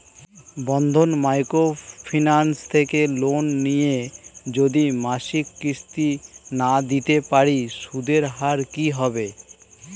বন্ধন micro finance থেকে loan নিয়ে যদি মাসিক কিস্তি না দিতে পারি সুদের হার কি হবে?